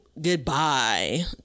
goodbye